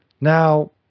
Now